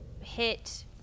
hit